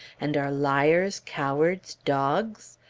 and are liars, cowards, dogs?